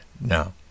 no